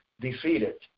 defeated